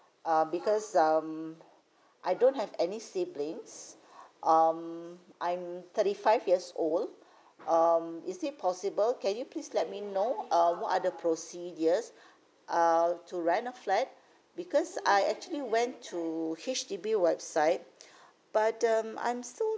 uh because um I don't have any siblings um I'm thirty five years old um is it possible can you please let me know uh what are the procedures err to rent a flat because I actually went to H_D_B website but um I'm still